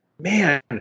man